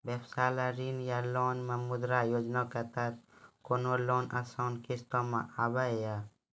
व्यवसाय ला ऋण या लोन मे मुद्रा योजना के तहत कोनो लोन आसान किस्त मे हाव हाय?